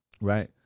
right